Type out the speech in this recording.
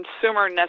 consumer